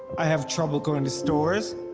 i have trouble going to stores,